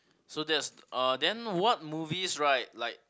so that's uh then what movies right like